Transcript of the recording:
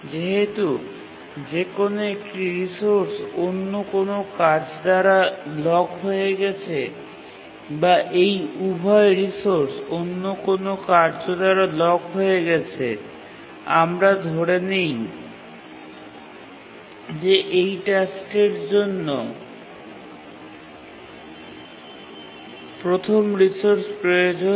যেহেতু যে কোনও একটি রিসোর্স অন্য কোনও কাজ দ্বারা লক হয়ে যেতে পারে তাই আমরা ধরে নিই যে এই টাস্কটির জন্য প্রথম রিসোর্স প্রয়োজন